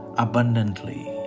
abundantly